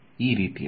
ಈ ರೀತಿಯಲ್ಲಿ